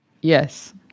Yes